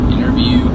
Interview